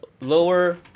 lower